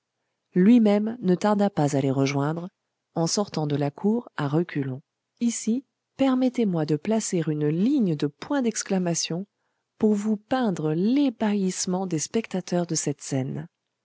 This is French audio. lui-même ne tarda pas à les rejoindre en sortant de là cour à reculons ici permettez-moi de placer une ligne de points d'exclamation pour vous peindre l'ébahissement des spectateurs de cette scène